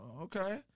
okay